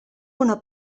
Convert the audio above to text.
una